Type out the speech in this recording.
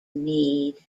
need